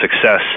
success